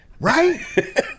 Right